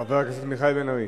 חבר הכנסת מיכאל בן-ארי.